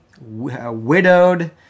Widowed